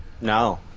No